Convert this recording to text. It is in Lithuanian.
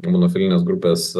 manofilinės grupės